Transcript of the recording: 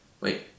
Wait